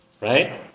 right